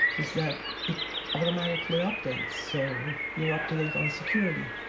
is that it automatically updates, so you're up to date on security.